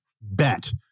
bet